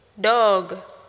dog